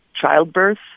childbirth